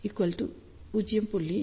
7 0